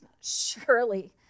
surely